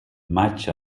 maig